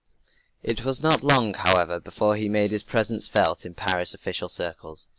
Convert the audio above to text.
it was not long, however, before he made his presence felt in paris official circles.